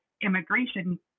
immigration